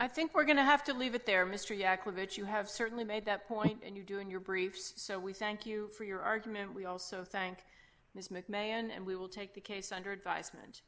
i think we're going to have to leave it there mr yaxley that you have certainly made that point and you're doing your brief so we thank you for your argument we also thank mcmahon and we will take the case under advisement